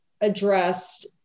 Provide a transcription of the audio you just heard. addressed